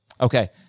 Okay